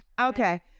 Okay